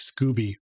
Scooby